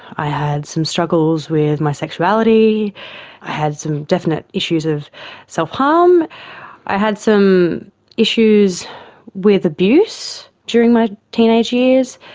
i had some struggles with my sexuality, i had some definite issues of so self-harm. i had some issues with abuse during my teenage years,